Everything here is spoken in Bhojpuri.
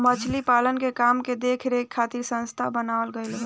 मछली पालन के काम के देख रेख करे खातिर संस्था बनावल गईल बा